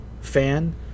fan